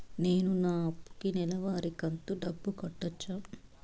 నేను నా అప్పుకి నెలవారి కంతు డబ్బులు కట్టొచ్చా?